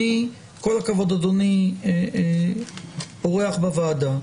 עם כל הכבוד אדוני אורח בוועדה,